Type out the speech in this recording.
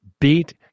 beat